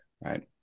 Right